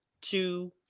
two